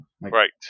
Right